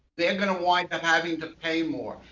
they are going to wind up having to pay more.